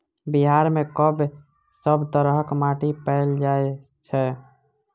बिहार मे कऽ सब तरहक माटि पैल जाय छै?